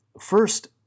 first